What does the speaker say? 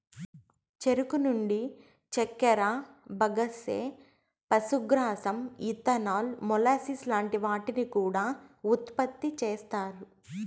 చెరుకు నుండి చక్కర, బగస్సే, పశుగ్రాసం, ఇథనాల్, మొలాసిస్ లాంటి వాటిని కూడా ఉత్పతి చేస్తారు